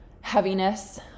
heaviness